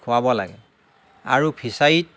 খুৱাব লাগে আৰু ফিছাৰীত